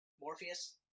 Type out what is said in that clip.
Morpheus